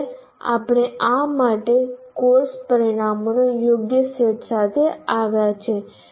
છેલ્લે આપણે આ માટે કોર્સ પરિણામોના યોગ્ય સેટ સાથે આવ્યા છીએ